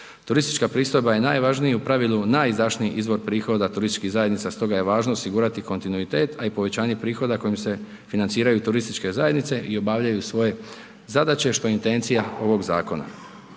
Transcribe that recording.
Turistička pristojba je najvažniji u pravilu najizdašniji izvor prihoda turističkih zajednica stoga je važno osigurati kontinuitet, a i povećanje prihoda kojim se financiraju turističke zajednice i obavljaju svoje zadaće što je intencija ovog zakona.